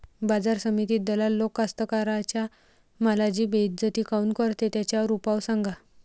बाजार समितीत दलाल लोक कास्ताकाराच्या मालाची बेइज्जती काऊन करते? त्याच्यावर उपाव सांगा